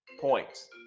points